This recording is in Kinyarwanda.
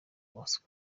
bosco